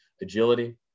agility